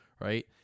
right